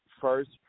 first